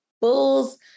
Bulls